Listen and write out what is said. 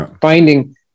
Finding